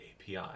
API